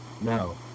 No